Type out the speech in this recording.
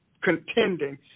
contending